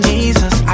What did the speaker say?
Jesus